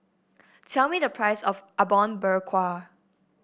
tell me the price of Apom Berkuah